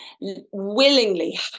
willingly